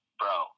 bro